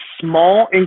small